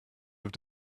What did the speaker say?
have